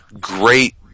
Great